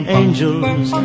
angels